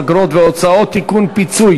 אגרות והוצאות (תיקון,